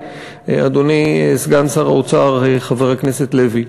אדוני סגן שר האוצר חבר הכנסת לוי,